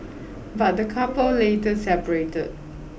but the couple later separated